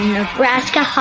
Nebraska